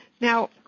Now